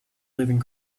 living